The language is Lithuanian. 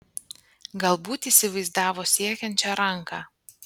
galbūt įsivaizdavo siekiančią ranką